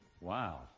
wow